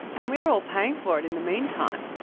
and we are all paying for it in the meantime.